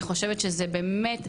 אני חושבת שזה באמת,